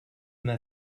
m’a